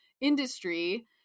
industry